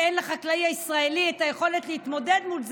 כשאין לחקלאי הישראלי את היכולת להתמודד מול זה,